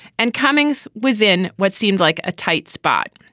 and cummings was in what seemed like a tight spot.